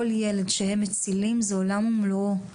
כל ילד שהם מצילים זה עולם ומלואו.